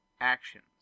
actions